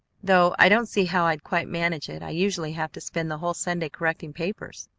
though i don't see how i'd quite manage it. i usually have to spend the whole sunday correcting papers.